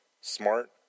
Smart